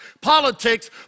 politics